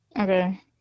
Okay